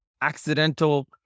accidental